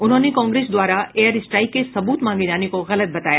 उन्होंने कांग्रेस द्वारा air strike के सबूत मांगे जाने को गलत बताया